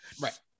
Right